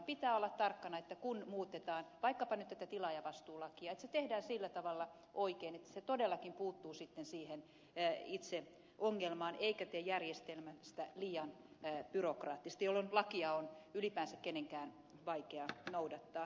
pitää olla tarkkana kun muutetaan vaikkapa nyt tätä tilaajavastuulakia että se tehdään sillä tavalla oikein että se todellakin puuttuu sitten siihen itse ongelmaan eikä tee järjestelmästä liian byrokraattista jolloin lakia on ylipäänsä kenen tahansa vaikea noudattaa